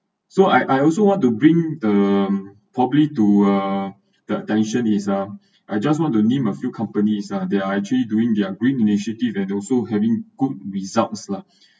so I I also want to bring um probably to uh the attention is uh I just want to name a few companies uh they are actually doing their green initiative and also having good results lah